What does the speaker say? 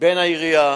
בין העירייה